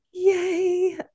Yay